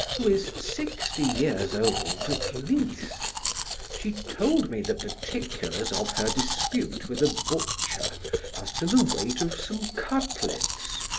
who is sixty years old at least she told me the particulars of her dispute with a butcher as to the weight of some cutlets,